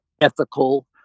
ethical